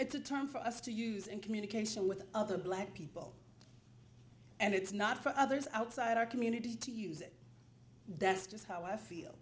it's a term for us to use in communication with other black people and it's not for others outside our community to use it that's just how i feel